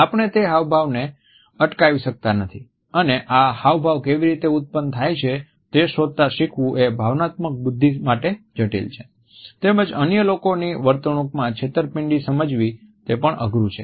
આપણે તે હાવભાવને અટકાવી શકતા નથી અને આ હાવભાવ કેવી રીતે ઉત્પન થાય છે તે શોધતા શીખવું એ ભાવનાત્મક બુદ્ધિ માટે જટિલ છે તેમજ અન્ય લોકોની વર્તણૂકમાં છેતરપિંડી સમજવી તે પણ અઘરું છે